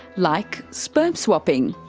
like sperm swapping.